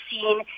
seen